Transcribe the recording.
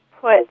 put